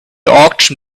auction